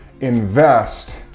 invest